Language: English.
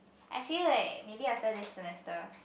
I feel like maybe after this semester